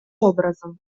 образом